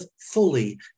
fully